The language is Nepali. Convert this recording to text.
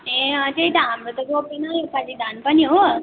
ए अँ त्यही त हाम्रो त रोपेन योपालि धान पनि हो